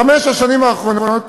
בחמש השנים האחרונות,